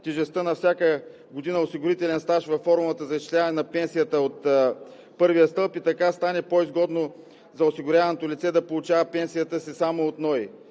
тежестта на всяка година осигурителен стаж във формулата за изчисляване на пенсията от първия стълб и така стане по-изгодно за осигуряваното лице да получава пенсията си само от НОИ.